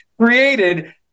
created